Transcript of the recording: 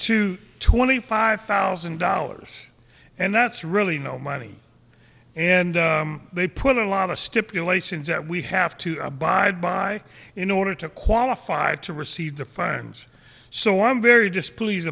to twenty five thousand dollars and that's really no money and they put a lot of stipulations that we have to abide by in order to qualify to receive the funds so i'm very displeased